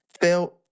felt